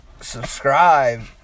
Subscribe